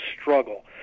struggle